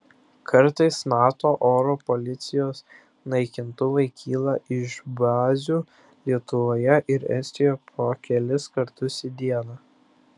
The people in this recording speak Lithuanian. kartais nato oro policijos naikintuvai kyla iš bazių lietuvoje ir estijoje po kelis kartus į dieną